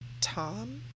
Tom